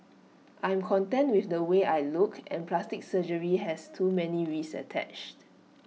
I'm content with the way I look and plastic surgery has too many risks attached